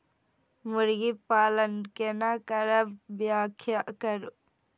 मुर्गी पालन केना करब व्याख्या करु?